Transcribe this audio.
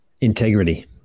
Integrity